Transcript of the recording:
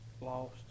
lost